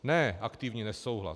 Ne aktivní nesouhlas.